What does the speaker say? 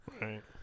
Right